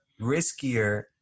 riskier